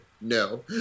no